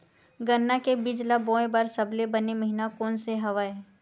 गन्ना के बीज ल बोय बर सबले बने महिना कोन से हवय?